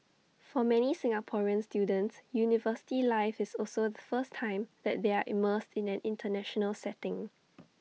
for many Singaporean students university life is also the first time that they are immersed in an International setting